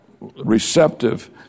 receptive